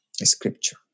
scripture